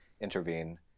intervene